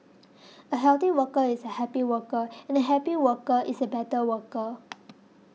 a healthy worker is a happy worker and a happy worker is a better worker